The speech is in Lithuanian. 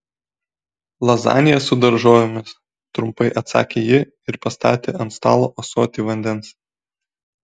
lazanija su daržovėmis trumpai atsakė ji ir pastatė ant stalo ąsotį vandens